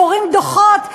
קוראים דוחות,